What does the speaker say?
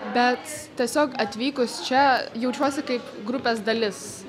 bet tiesiog atvykus čia jaučiuosi kaip grupės dalis